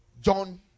John